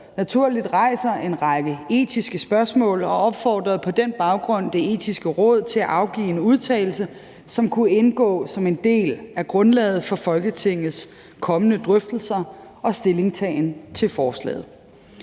naturligt rejser en række etiske spørgsmål, og opfordrede på den baggrund Det Etiske Råd til at afgive en udtalelse, som kunne indgå som en del af grundlaget for Folketingets kommende drøftelser og stillingtagen til forslaget.